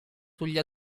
sugli